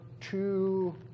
two